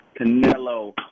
Canelo